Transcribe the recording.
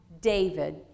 David